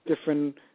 different